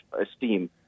esteem